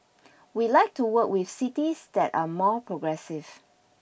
we like to work with cities that are more progressive